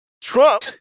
Trump